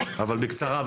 אבל בקצרה,